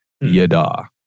yada